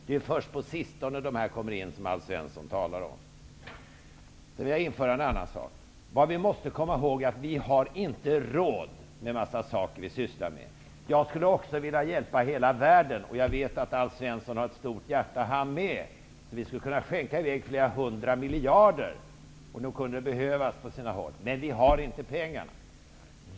Det är först på sistone som de som Alf Svensson talar om har kommit hit. Jag vill också ta upp en annan sak. Vi måste komma ihåg att vi inte har råd med en massa av de saker som vi sysslar med. Också jag skulle vilja hjälpa hela världen, och jag vet att även Alf Svensson har ett stort hjärta. Vi skulle kunna skänka i väg flera hundra miljarder, och det kunde nog behövas på sina håll, men vi har inte de pengarna.